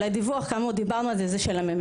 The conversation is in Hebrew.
אבל הדיווח, כאמור, דיברנו על זה, הוא של הממשלה.